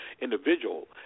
individual